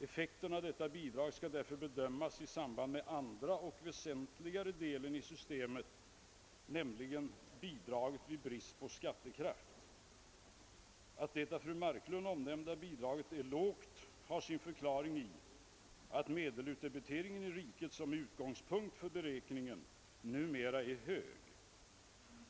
Effekten av detta bidrag skall därför bedömas i samband med den andra och väsentligare delen i systemet, nämligen bidraget vid brist på skattekraft. Att det av fru Marklund omnämnda bidraget är lågt har sin förklaring i att medelutdebiteringen i riket, som är utgångspunkt för beräkningen, numera är hög.